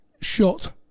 shot